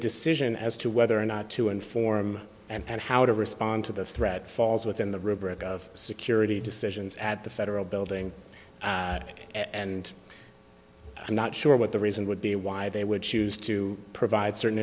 decision as to whether or not to inform and how to respond to the threat falls within the rubric of security decisions at the federal building and i'm not sure what the reason would be why they would choose to provide certain